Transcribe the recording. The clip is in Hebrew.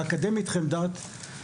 האקדמית חמדת,